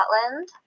Scotland